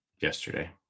yesterday